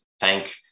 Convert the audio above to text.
thank